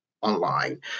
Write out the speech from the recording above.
online